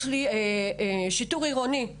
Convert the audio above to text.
יש לי שיטור עירוני,